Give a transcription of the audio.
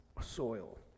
soil